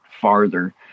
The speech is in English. farther